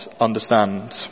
understand